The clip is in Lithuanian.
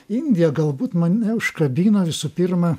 indija galbūt mane užkabino visų pirma